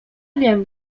wiem